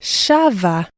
shava